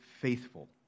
faithful